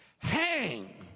Hang